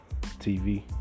TV